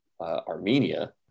Armenia